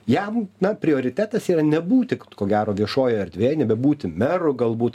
jam na prioritetas yra nebūti ko gero viešojoj erdvėj nebebūti meru galbūt